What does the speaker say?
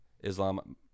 Islam